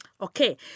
okay